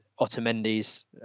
Otamendi's